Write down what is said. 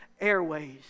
airways